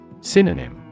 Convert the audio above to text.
Synonym